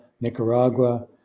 Nicaragua